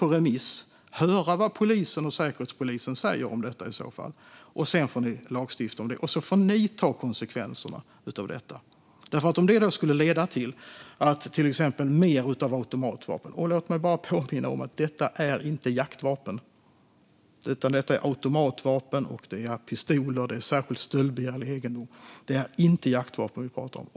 Om ni vill ta bort femårslicenserna får ni göra det själva. Ni får utarbeta ett sådant lagförslag, lämna det till Lagrådet, skicka ut det på remiss, höra vad polisen och Säkerhetspolisen säger, lagstifta om det och sedan ta konsekvenserna.